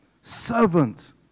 servant